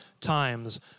times